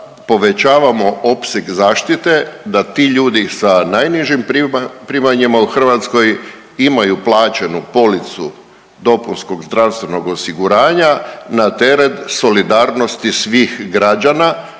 povećavamo opseg zaštite da ti ljudi sa najnižim primanjima u Hrvatskoj imaju plaćenu policu dopunskog zdravstvenog osiguranja na teret solidarnosti svih građana